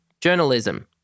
journalism